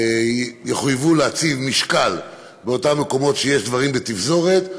יחויבו להציב משקל באותם מקומות שבהם יש דברים בתפזורת.